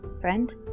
friend